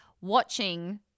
watching